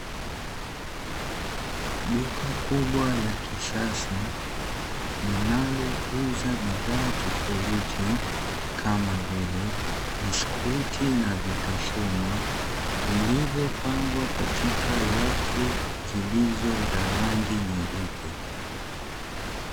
Duka kubwa la kisasa linalouza bidhaa tofauti, kama vile biskuti na vitafunwa vilivypangwa katika rafu zilizo na rangi nyeupe.